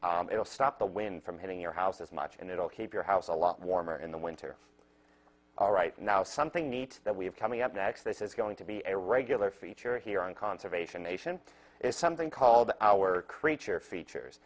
will stop the wind from hitting your house as much and it'll keep your house a lot warmer in the winter all right now something neat that we have coming up next this is going to be a regular feature here on conservation nation is something called our creature features